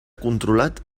controlat